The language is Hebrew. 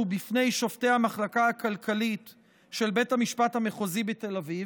בפני שופטי המחלקה הכלכלית של בית המשפט המחוזי בתל אביב,